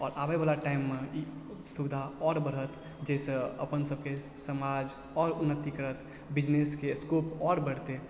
आओर आबयवला टाइममे ई सुविधा आओर बढ़त जाहिसँ अपन सबके समाज आओर उन्नति करत बिजनेसके स्कोप आओर बढ़तइ